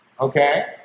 Okay